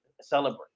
celebrate